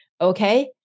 okay